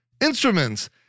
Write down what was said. instruments